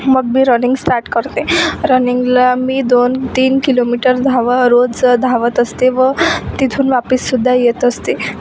मग मी running start करते रनिंगला मी दोन तीन किलोमीटर धावं रोज धावत असते व तिथून वापससुद्धा येत असते